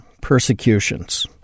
persecutions